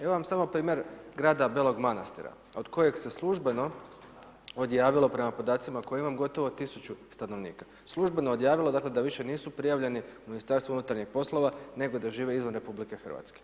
Evo vam samo primjer grada Belog Manastira, od kojeg se službeno odjavilo prema podacima koje imam gotovo 1000 stanovnika, službeno odjavilo, dakle, da više nisu prijavljeni u Ministarstvu unutarnjih poslova, nego da žive izvan RH.